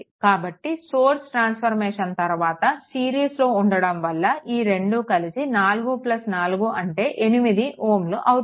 కాబట్టి source transformation తరువాత సిరీస్లో ఉండడం వల్ల ఈ రెండు కలిసి 44 అంటే 8 Ω అవుతుంది